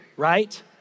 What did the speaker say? Right